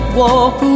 walk